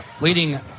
leading